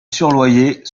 surloyer